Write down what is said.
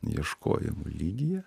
ieškojimų lygyje